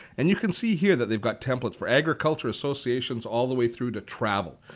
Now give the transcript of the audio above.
and you can see here that they've got templates for agriculture associations all the way through to travel.